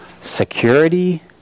security